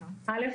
א.